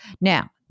Now